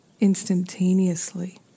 instantaneously